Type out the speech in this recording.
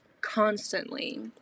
constantly